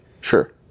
sure